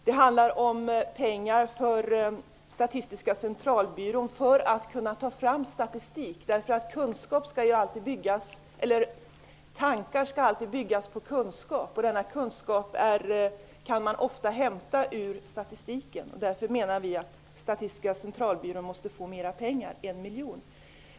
Det handlar om pengar till Statistiska centralbyrån för att den skall kunna ta fram statistik. Tankar skall alltid byggas på kunskap. Denna kunskap kan man ofta hämta ur statistiken. Därför menar vi att Statistiska centralbyrån måste få mera pengar -- en miljon.